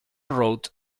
wrote